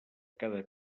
cada